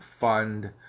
fund